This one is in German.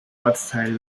ortsteil